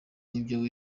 n’ibyo